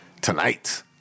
tonight